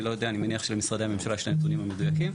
אני מניח שלמשרדי הממשלה יש את הנתונים המדויקים,